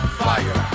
fire